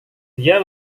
dia